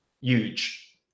huge